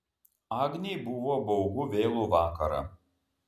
agnei buvo baugu vėlų vakarą